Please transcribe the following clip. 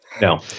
No